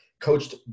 coached